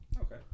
Okay